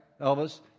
Elvis